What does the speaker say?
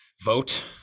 vote